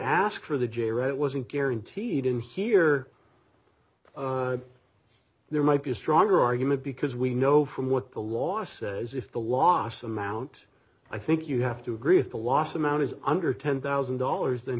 ask for the j right it wasn't guaranteed in here there might be a stronger argument because we know from what the law says if the last amount i think you have to agree is the last amount is under ten thousand dollars then